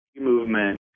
movement